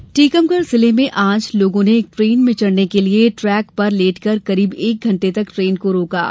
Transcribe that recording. द्वेन टीकमगढ़ जिले में आज लोगों ने एक ट्रेन में चढ़ने के लिए ट्रैक पर लेटकर करीब एक घंटे तक ट्रेन को रोका रहा